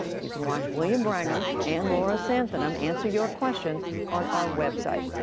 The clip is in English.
you can watch william brangham and laura santhanam answer your questions on our web site.